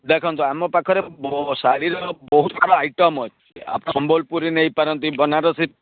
ଦେଖନ୍ତୁ ଆମ ପାଖରେ ଶାଢ଼ୀର ବହୁତ ସାରା ଆଇଟମ୍ ଅଛି ସମ୍ବଲପୁରୀ ନେଇ ପାରନ୍ତି ବନାରସୀ